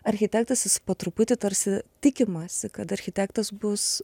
architektas jis po truputį tarsi tikimasi kad architektas bus